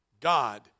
God